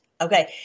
Okay